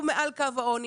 הוא מעל קו העוני,